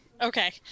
Okay